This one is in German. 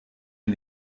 mir